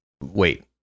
wait